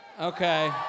okay